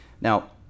Now